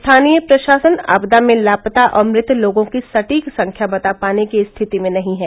स्थानीय प्रशासन आपदा में लापता और मृत लोगों की सटीक संख्या बता पाने की स्थिति में नही है